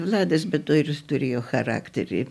vladas be to ir turėjo charakterį